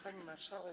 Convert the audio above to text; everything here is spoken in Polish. Pani Marszałek!